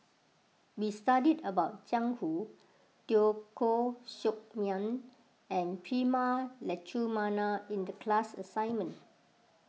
we studied about Jiang Hu Teo Koh Sock Miang and Prema Letchumanan in the class assignment